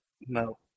No